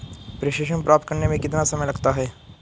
प्रेषण प्राप्त करने में कितना समय लगता है?